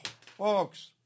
folks